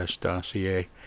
dossier